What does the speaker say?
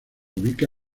ubica